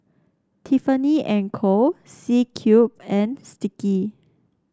Tiffany And Co C Cube and Sticky